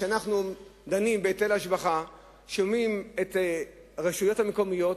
וכשאנחנו דנים בהיטל השבחה שומעים את הרשויות המקומיות,